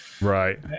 Right